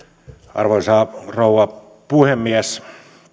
arvoisa rouva puhemies